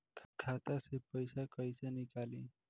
खाता से पैसा कैसे नीकली?